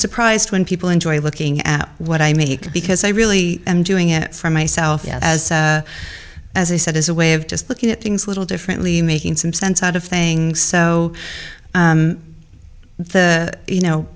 surprised when people enjoy looking at what i make because i really am doing it for myself as as i said is a way of just looking at things a little differently making some sense out of things so you know